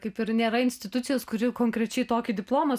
kaip ir nėra institucijos kuri konkrečiai tokį diplomą